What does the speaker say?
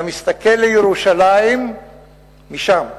אתה מסתכל לירושלים משם,